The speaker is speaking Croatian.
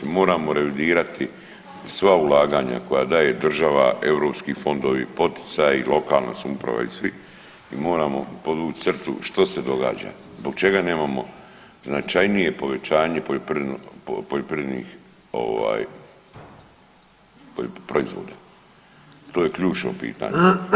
Moramo revidirati sva ulaganja koja daje država, europski fondovi, poticaji, lokalna samouprava i svi i moramo podvući crtu što se događa, zbog čega nemamo značajnije povećanje poljoprivrednih proizvoda to je ključno pitanje.